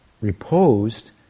reposed